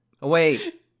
Wait